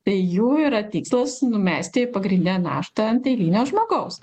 tai jų yra tikslas numesti pagrindinę naštą ant eilinio žmogaus